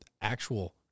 actual